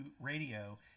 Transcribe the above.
radio